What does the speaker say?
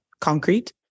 concrete